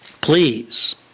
please